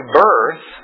birth